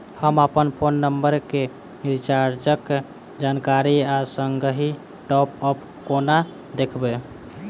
हम अप्पन phone number केँ रिचार्जक जानकारी आ संगहि टॉप अप कोना देखबै?